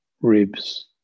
ribs